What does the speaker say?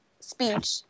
speech